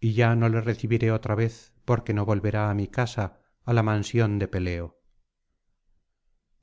y ya no le recibiré otra vez porque no volverá á mi casa á la mansión de peleo